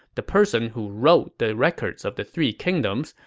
the person who wrote the records of the three kingdoms,